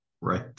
Right